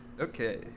Okay